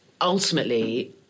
ultimately